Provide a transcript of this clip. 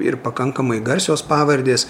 ir pakankamai garsios pavardės